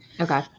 Okay